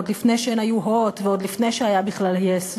עוד לפני שהן היו "הוט" ועוד לפני שהיה בכלל yes.